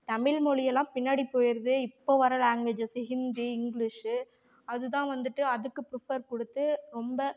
தமிழ்மொழி எல்லாம் பின்னாடி போயிடுது இப்போ வர லாங்குவேஜஸ் ஹிந்தி இங்கிலிஷு அதுதான் வந்துட்டு அதுக்கு பிர்ப்பர் கொடுத்து ரொம்ப